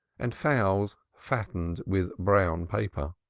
and fowls fattened with brown paper.